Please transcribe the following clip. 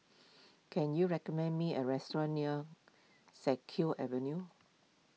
can you recommend me a restaurant near Siak Kew Avenue